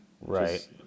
Right